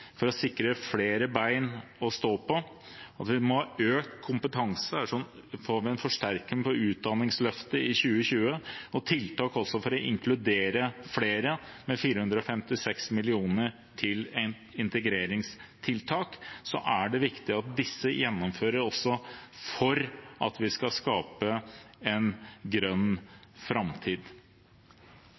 for å sikre oss flere ben å stå på, må vi ha økt kompetanse. Derfor får vi en forsterkning av utdanningsløftet i 2020 og tiltak for å inkludere flere, med 456 mill. kr til integreringstiltak. Det er viktig at også dette gjennomføres for at vi skal skape en grønn framtid.